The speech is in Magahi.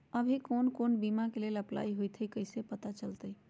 अभी कौन कौन बीमा के लेल अपलाइ होईत हई ई कईसे पता चलतई?